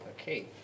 Okay